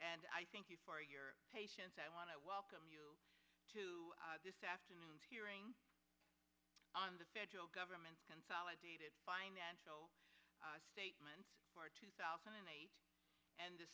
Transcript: and i thank you for your patience i want to welcome you to this afternoon's hearing on the federal government consolidated financial statements for two thousand and eight and the